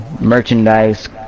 merchandise